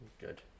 Good